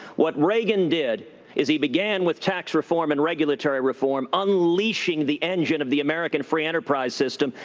what reagan did is he began with tax reform and regulatory reform, unleashing the engine of the american free enterprise system.